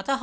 अतः